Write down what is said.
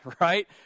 right